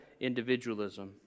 individualism